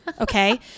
Okay